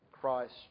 Christ